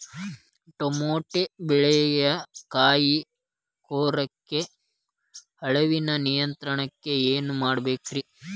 Tomato ಬೆಳೆಯ ಕಾಯಿ ಕೊರಕ ಹುಳುವಿನ ನಿಯಂತ್ರಣಕ್ಕ ಏನ್ ಮಾಡಬೇಕ್ರಿ?